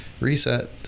reset